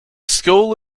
school